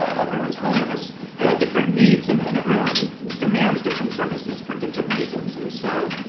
everyone's home has ah different needs and and everyone demands different services for different reasons. and so,